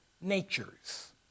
natures